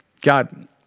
God